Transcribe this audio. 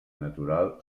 natural